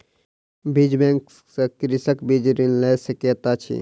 बीज बैंक सॅ कृषक बीज ऋण लय सकैत अछि